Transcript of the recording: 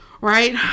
Right